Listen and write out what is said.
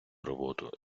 роботу